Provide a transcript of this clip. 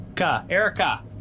Erica